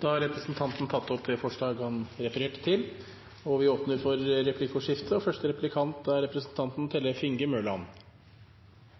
forslag. Representanten Knut Arild Hareide har tatt opp det forslaget han refererte til. Det blir replikkordskifte. I mitt fylke, Aust-Agder, har Kristelig Folkeparti og Arbeiderpartiet samarbeidet godt både i de to største byene, Arendal og